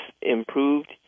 improved